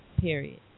period